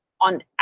on